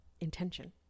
intention